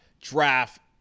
draft